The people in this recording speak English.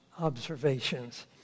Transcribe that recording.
observations